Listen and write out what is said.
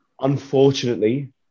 unfortunately